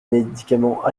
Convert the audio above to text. médicaments